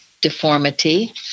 deformity